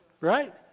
Right